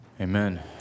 Amen